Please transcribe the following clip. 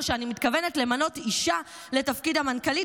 שאני מתכוונת למנות אישה לתפקיד המנכ"לית,